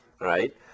right